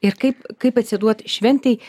ir kaip kaip atsiduot šventei